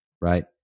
Right